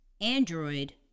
Android